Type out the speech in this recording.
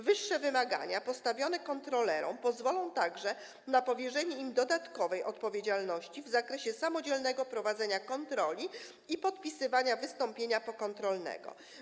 Wyższe wymagania postawione kontrolerom pozwolą także na powierzenie im dodatkowej odpowiedzialności w zakresie samodzielnego prowadzenia kontroli i podpisywania wystąpienia pokontrolnego.